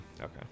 Okay